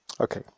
Okay